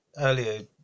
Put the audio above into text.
earlier